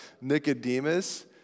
Nicodemus